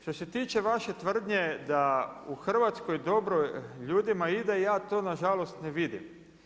Što se tiče vaše tvrdnje da u Hrvatskoj dobro ljudima ide, ja to na žalost ne vidim.